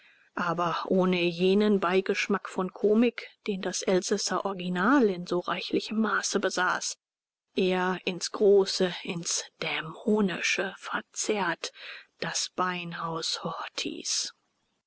aber ohne jenen beigeschmack von komik den das elsässer original in so reichlichem maße besaß eher ins große ins dämonische verzerrt das beinhaus horthys